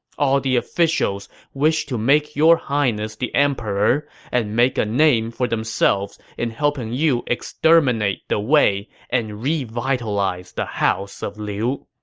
all the officials wish to make your highness the emperor and make a name for themselves in helping you exterminate the wei and revitalize the house of liu.